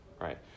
right